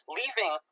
leaving